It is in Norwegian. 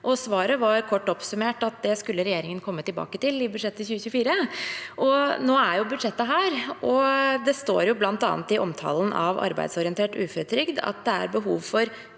Svaret var, kort oppsummert, at det skulle regjeringen komme tilbake til i budsjettet for 2024. Nå er budsjettet lagt fram, og det står bl.a. i omtalen av arbeidsorientert uføretrygd at det er behov for